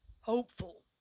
hopeful